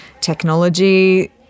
technology